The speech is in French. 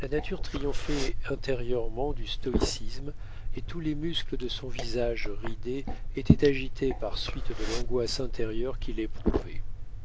la nature triomphait intérieurement du stoïcisme et tous les muscles de son visage ridé étaient agités par suite de l'angoisse intérieure qu'il éprouvait